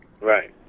Right